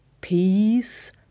peace